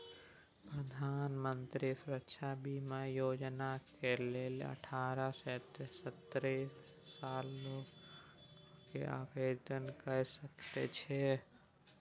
प्रधानमंत्री सुरक्षा बीमा योजनाक लेल अठारह सँ सत्तरि सालक लोक आवेदन कए सकैत छै